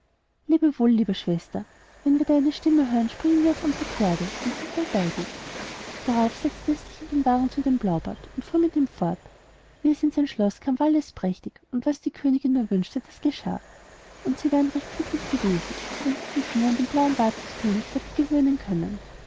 wohl liebe schwester wenn wir deine stimme hören springen wir auf unsere pferde und sind bald bei dir darauf setzte es sich in den wagen zu dem blaubart und fuhr mit ihm fort wie es in sein schloß kam war alles prächtig und was die königin nur wünschte das geschah und sie wären recht glücklich gewesen wenn sie sich nur an den blauen bart des königs hätte gewöhnen können